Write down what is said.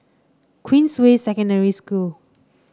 Queensway Secondary School